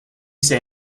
say